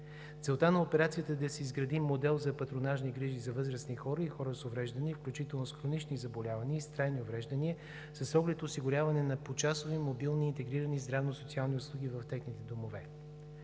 Целта на операцията е да се изгради модел за патронажни грижи за възрастни хора и хора с увреждания, включително с хронични заболявания и с трайни увреждания, с оглед осигуряване на почасови мобилни и интегрирани здравно-социални услуги в техните домове.